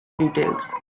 details